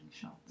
shots